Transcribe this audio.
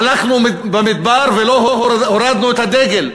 הלכנו במדבר ולא הורדנו את הדגל,